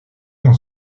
dans